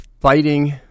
fighting –